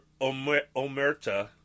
Omerta